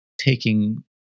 taking